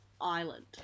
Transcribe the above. island